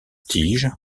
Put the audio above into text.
tige